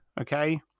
okay